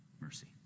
mercy